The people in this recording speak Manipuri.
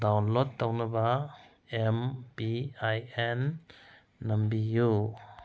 ꯗꯥꯎꯟꯂꯣꯠ ꯇꯧꯅꯕ ꯑꯦꯝ ꯄꯤ ꯑꯥꯏ ꯑꯦꯟ ꯅꯝꯕꯤꯌꯨ